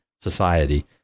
society